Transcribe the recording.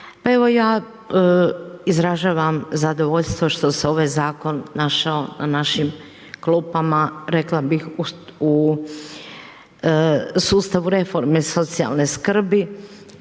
Pa evo ja izražavam zadovoljstvo što se ovaj zakon našao na našim klupama, rekla bih u sustavu reforme socijalne skrbi